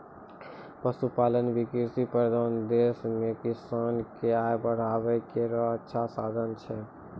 पशुपालन भी कृषि प्रधान देशो म किसान क आय बढ़ाय केरो अच्छा साधन छै